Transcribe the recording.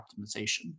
optimization